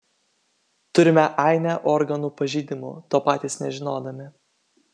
turime ainę organų pažeidimų to patys nežinodami